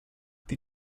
the